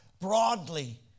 broadly